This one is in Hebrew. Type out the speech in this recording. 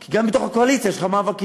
כי גם בתוך הקואליציה יש לך מאבקים.